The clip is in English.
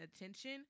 attention